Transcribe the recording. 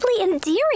endearing